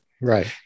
Right